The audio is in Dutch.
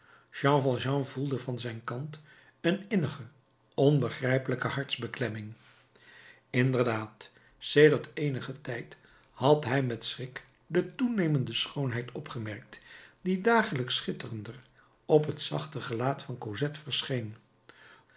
jean valjean gevoelde van zijn kant een innige onbegrijpelijke hartsbeklemming inderdaad sedert eenigen tijd had hij met schrik de toenemende schoonheid opgemerkt die dagelijks schitterender op het zachte gelaat van cosette verscheen